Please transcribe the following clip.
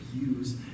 use